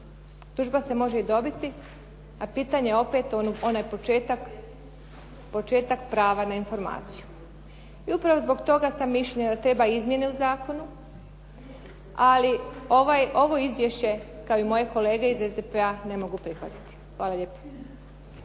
Tužba se može i dobiti, a pitanje je opet onaj početak prava na informaciju. I upravo zbog toga sam mišljenja da treba izmjene u zakonu, ali ovo izvješće kao i moje kolege iz SDP-a ne mogu prihvatiti. Hvala lijepo.